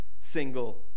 single